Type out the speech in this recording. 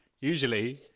Usually